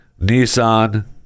nissan